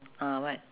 ah what